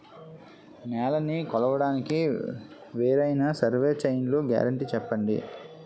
నేలనీ కొలవడానికి వేరైన సర్వే చైన్లు గ్యారంటీ చెప్పండి?